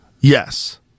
Yes